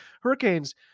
Hurricanes